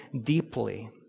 deeply